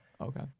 Okay